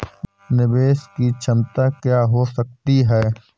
निवेश की क्षमता क्या हो सकती है?